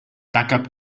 backup